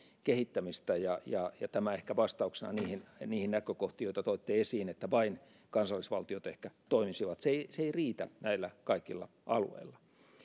kehittämistä tämä ehkä vastauksena niihin näkökohtiin joita toitte esiin että vain kansallisvaltiot ehkä toimisivat se ei se ei riitä näillä kaikilla alueilla